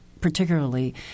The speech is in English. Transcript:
particularly